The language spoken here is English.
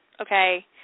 Okay